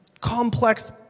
complex